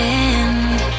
end